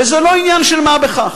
וזה לא עניין של מה בכך.